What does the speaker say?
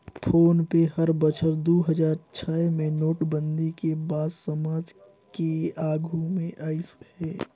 phone पे हर बछर दू हजार छै मे नोटबंदी के बाद समाज के आघू मे आइस हे